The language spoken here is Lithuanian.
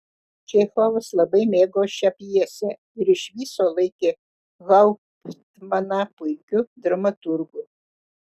čechovas labai mėgo šią pjesę ir iš viso laikė hauptmaną puikiu dramaturgu